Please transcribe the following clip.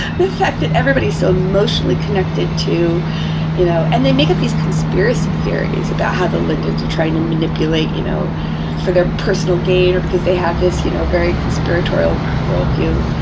the fact that everybody's so emotionally connected to you know and they make up these conspiracy theories about how the linden's are trying to manipulate you know for their personal gain, or because they have this you know very conspiratorial worldview.